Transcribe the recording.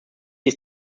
ist